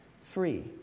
free